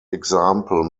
example